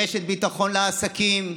רשת ביטחון לעסקים,